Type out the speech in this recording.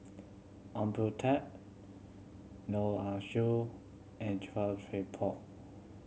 Ong Boon Tat Neo Ah and Chia Thye Poh